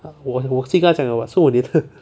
我我已经跟他讲 liao [what] 是我粘的